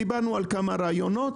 דיברנו על כמה רעיונות,